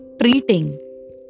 treating